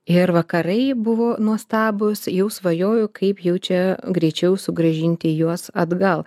ir vakarai buvo nuostabūs jau svajojau kaip jau čia greičiau sugrąžinti juos atgal